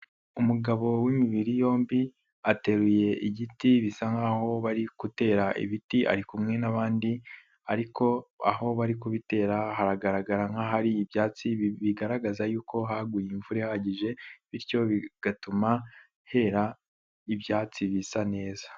Umugabo w'imibiri yombi ateruye igiti bisa nkaho bari gutera ibiti, ari kumwe n'abandi ariko aho bari kubitera haragaragara nk'ahari ibyatsi, bigaragaza yuko haguye imvura ihagije bityo bigatuma hera ibyatsi bisa neza.